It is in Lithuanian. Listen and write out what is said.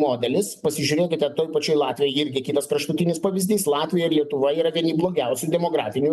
modelis pasižiūrėkite toj pačioj latvijoj irgi kitas kraštutinis pavyzdys latvija lietuva yra vieni blogiausių demografinių